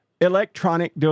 electronic